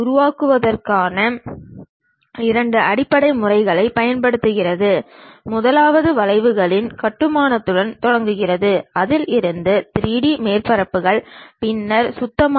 கடைசி இரண்டு வகுப்புகளில் வடிவியல் கட்டுமானங்கள் பற்றிய அறிமுகம் மற்றும் கோனிக் செக்சன்ஸ் பற்றி பார்த்தோம்